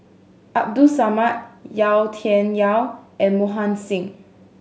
Abdul Samad Yau Tian Yau and Mohan Singh